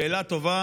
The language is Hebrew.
שאלה טובה